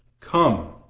Come